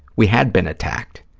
we had been attacked.